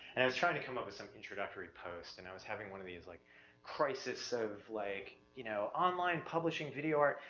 and i was trying to come up with some introductory post. and i was having one of these like crisis of like you know online publishing video art.